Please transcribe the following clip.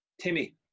timmy